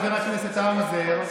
חבר הכנסת האוזר,